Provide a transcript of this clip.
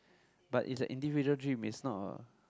but it's a individual dream is not a